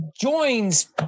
joins